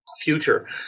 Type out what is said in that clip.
future